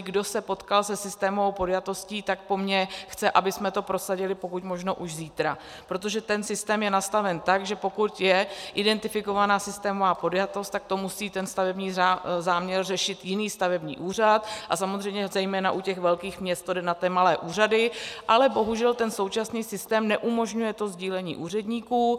Kdo se potkal se systémovou podjatostí, tak po mně chce, abychom to prosadili pokud možno už zítra, protože ten systém je nastaven tak, že pokud je identifikována systémová podjatost, tak musí stavební záměr řešit jiný stavební úřad a samozřejmě zejména u velkých měst to jde na malé úřady, ale bohužel současný systém neumožňuje sdílení úředníků.